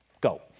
Go